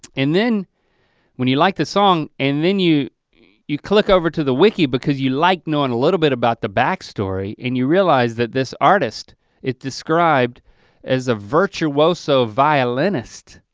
and then when you like the song and then you you click over to the wiki because you like knowing a little bit about the backstory and you realize that this artist is described as a virtuoso violinist